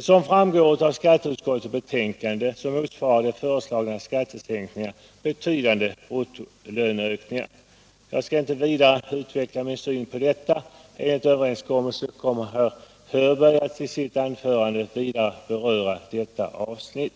Som framgår av skatteutskottets betänkande motsvarar de föreslagna skattesänkningarna betydande bruttolöneökningar. Jag skall inte vidare utveckla min syn på detta. Enligt överenskommelse skall herr Hörberg i sitt anförande vidare beröra detta avsnitt.